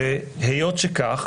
היות שכך,